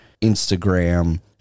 Instagram